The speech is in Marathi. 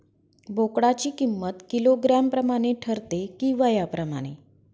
बोकडाची किंमत किलोग्रॅम प्रमाणे ठरते कि वयाप्रमाणे?